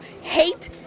hate